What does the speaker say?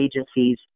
agencies